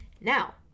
now